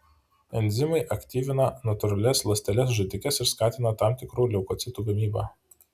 enzimai aktyvina natūralias ląsteles žudikes ir skatina tam tikrų leukocitų gamybą